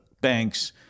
banks